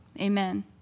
amen